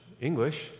English